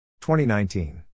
2019